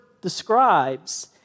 describes